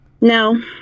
No